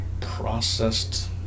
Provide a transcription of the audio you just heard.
Processed